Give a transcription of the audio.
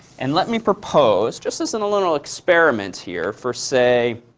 and let me propose, just as in a little experiment here for say,